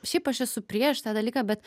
šiaip aš esu prieš tą dalyką bet